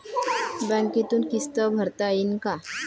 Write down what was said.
बँकेतून किस्त भरता येईन का?